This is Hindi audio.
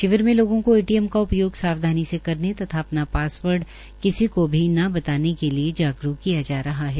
शिविर में लोगों को एटीएम का उपयोग सावधानी से करने तथा अपना पासवर्ड किसी को भी न बताने के लिए जागरूक किया जा रहा है